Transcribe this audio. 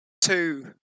two